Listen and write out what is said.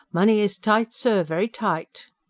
money is tight, sir, very tight!